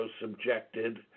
subjected